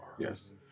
Yes